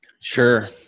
Sure